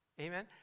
Amen